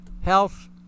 health